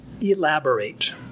elaborate